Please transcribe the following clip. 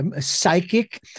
psychic